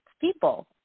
people